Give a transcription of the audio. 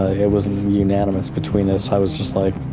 it wasn't unanimous between us, i was just like,